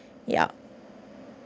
yup